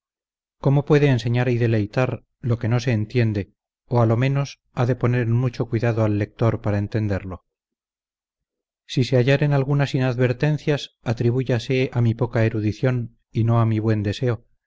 cómo puede enseñar y deleitar lo que no se entiende o a lo menos ha de poner en mucho cuidado al lector para entenderlo si se hallaren algunas inadvertencias atribúyase a mi poca erudición y no a mi buen deseo